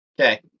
Okay